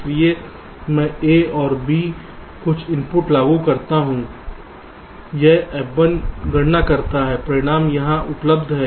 इसलिए मैं A और B कुछ इनपुट लागू करता हूं यह F1 गणना करता है परिणाम यहां उपलब्ध है